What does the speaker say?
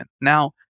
now